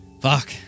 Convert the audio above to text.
Fuck